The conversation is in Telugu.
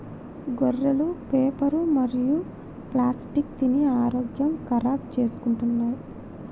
గొర్రెలు పేపరు మరియు ప్లాస్టిక్ తిని ఆరోగ్యం ఖరాబ్ చేసుకుంటున్నయ్